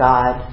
God